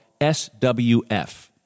SWF